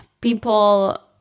people